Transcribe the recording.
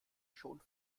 schon